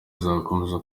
izakomeza